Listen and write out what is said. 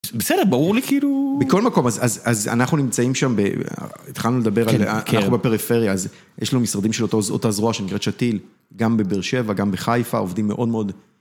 בסדר, ברור לי, כאילו... מכל מקום, אז אנחנו נמצאים שם, התחלנו לדבר על זה, אנחנו בפריפריה, אז יש לנו משרדים של אותה זרוע שנקרא שתיל, גם בבר שבע, גם בחיפה, עובדים מאוד מאוד.